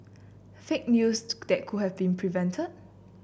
fake news that could have been prevented